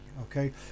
okay